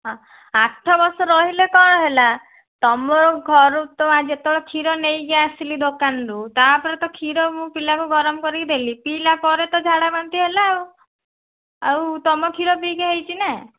ଆଠ ବର୍ଷ ରହିଲେ କ'ଣ ହେଲା ତମର ଘରୁ ତ ଯେତେବେଳେ କ୍ଷୀର ନେଇକି ଆସିଲି ଦୋକାନରୁ ତାପରେ ତ କ୍ଷୀର ମୁଁ ପିଲାକୁ ଗରମ କରିକି ଦେଲି ପିଇଲା ପରେ ତ ଝାଡ଼ାବାନ୍ତି ହେଲା ଆଉ ଆଉ ତମ କ୍ଷୀର ପିଇକି ହେଇଛିନା